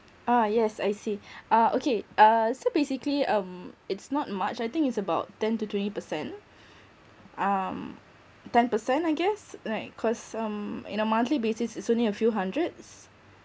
ah yes I see ah okay uh so basically um it's not much I think it's about ten to twenty percent um ten percent I guess like cause um in a monthly basis it's only a few hundreds